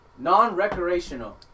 Non-recreational